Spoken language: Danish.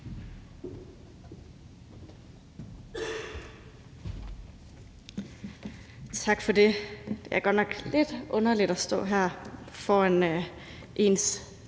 Tak for det. Det er godt nok lidt underligt at stå her foran ens